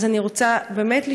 ולכן אני רוצה באמת לשאול,